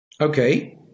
Okay